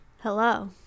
Hello